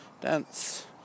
dance